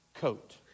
coat